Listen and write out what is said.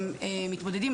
יוצאו מתמודדים.